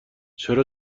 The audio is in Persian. چرا